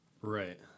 Right